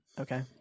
Okay